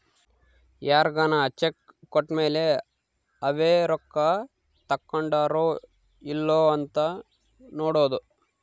ಯಾರ್ಗನ ಚೆಕ್ ಕೋಟ್ಮೇಲೇ ಅವೆ ರೊಕ್ಕ ತಕ್ಕೊಂಡಾರೊ ಇಲ್ಲೊ ಅಂತ ನೋಡೋದು